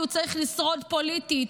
כי הוא צריך לשרוד פוליטית,